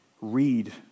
read